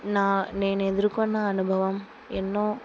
నేను ఎదుర్కొన్న అనుభవం ఎన్నో